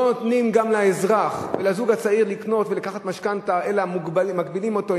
לא נותנים גם לאזרח ולזוג הצעיר לקנות ולקחת משכנתה אלא מגבילים אותו,